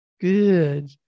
Good